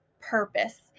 purpose